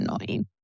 annoying